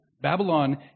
Babylon